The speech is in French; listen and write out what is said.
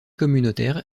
communautaire